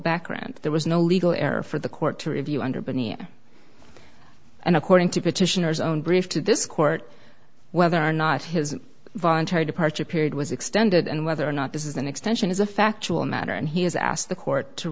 background there was no legal error for the court to review under bunny and according to petitioners own brief to this court whether or not his voluntary departure period was extended and whether or not this is an extension is a factual matter and he has asked the court to